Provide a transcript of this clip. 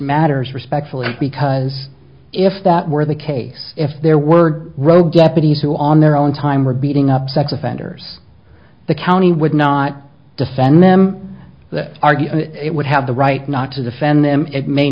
matters respectfully because if that were the case if there were row deputies who on their own time were beating up sex offenders the county would not defend them that argued it would have the right not to defend them it may